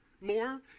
more